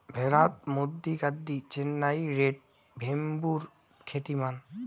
ভ্যাড়াত মধ্যি গাদ্দি, চেন্নাই রেড, ভেম্বুর খ্যাতিমান